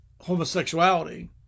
homosexuality